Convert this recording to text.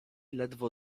ledwo